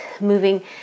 moving